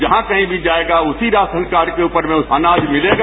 जहां कहीं भी जायेगा उसे उसी राशन कार्ड के ऊपर में अनाज मिलेगा